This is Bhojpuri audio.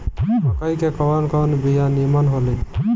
मकई के कवन कवन बिया नीमन होई?